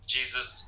Jesus